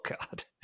God